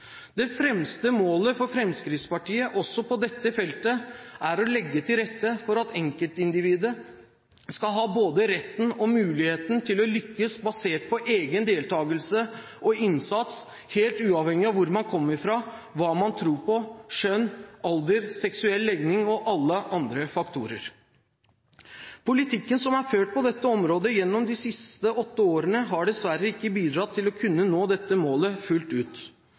Det fremste målet for Fremskrittspartiet også på dette feltet er å legge til rette for at enkeltindividet skal ha både retten og muligheten til å lykkes basert på egen deltakelse og innsats helt uavhengig av hvor man kommer fra, hva man tror på, kjønn, alder, seksuell legning og alle andre faktorer. Politikken som er ført på dette området gjennom de siste åtte årene, har dessverre ikke bidratt til å kunne nå dette målet fullt ut.